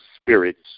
spirits